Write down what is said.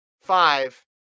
five